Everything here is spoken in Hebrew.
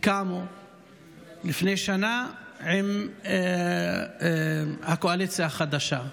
קמו לפני שנה עם הקואליציה חדשה.